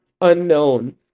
unknown